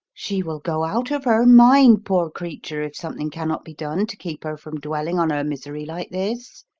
she will go out of her mind, poor creature, if something cannot be done to keep her from dwelling on her misery like this,